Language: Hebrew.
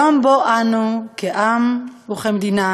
יום שבו אנו, כעם וכמדינה,